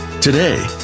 Today